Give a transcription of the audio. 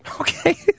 Okay